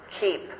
keep